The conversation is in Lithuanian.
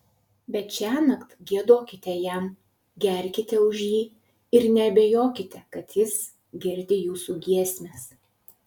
bet šiąnakt giedokite jam gerkite už jį ir neabejokite kad jis girdi jūsų giesmes